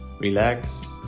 relax